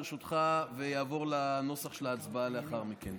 ואעבור לנוסח ההצבעה לאחר מכן.